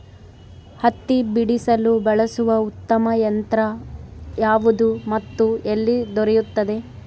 ಹತ್ತಿ ಬಿಡಿಸಲು ಬಳಸುವ ಉತ್ತಮ ಯಂತ್ರ ಯಾವುದು ಮತ್ತು ಎಲ್ಲಿ ದೊರೆಯುತ್ತದೆ?